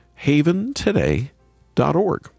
haventoday.org